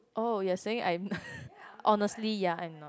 oh you are saying I'm honestly ya I am not